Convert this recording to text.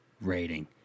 rating